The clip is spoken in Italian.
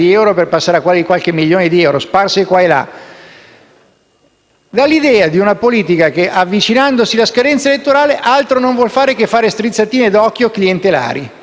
dà l'idea di una politica che, avvicinandosi la scadenza elettorale, altro non vuol fare che strizzatine d'occhio clientelari e, santo Dio, c'è bisogno di tutto, tranne che di questo.